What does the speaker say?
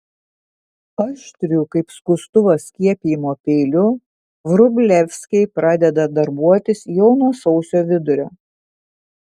aštriu kaip skustuvas skiepijimo peiliu vrublevskiai pradeda darbuotis jau nuo sausio vidurio